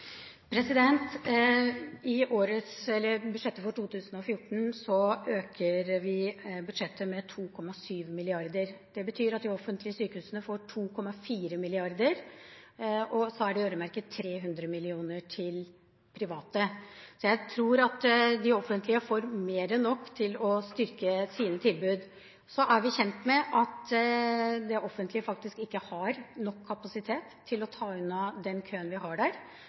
I budsjettet for 2014 øker vi budsjettet med 2,7 mrd. kr. Det betyr at de offentlige sykehusene får 2,4 mrd. kr, og så er det øremerket 300 mill. kr. til private. Så jeg tror at de offentlige får mer enn nok til å styrke sine tilbud. Så er vi kjent med at det offentlige faktisk ikke har nok kapasitet til å ta unna køen vi har,